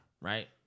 right